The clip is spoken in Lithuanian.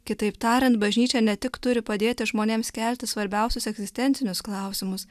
kitaip tariant bažnyčia ne tik turi padėti žmonėms kelti svarbiausius egzistencinius klausimus